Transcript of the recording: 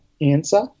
answer